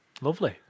Lovely